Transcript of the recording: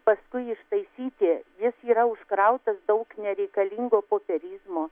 paskui ištaisyti jis yra užkrautas daug nereikalingo popierizmo